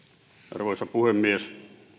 arvoisa puhemies